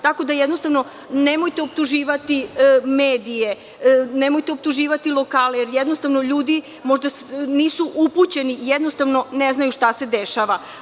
Tako da, jednostavno, nemojte optuživati medije, nemojte optuživati lokale, jer jednostavno ljudi možda nisu upućeni i ne znaju šta se dešava.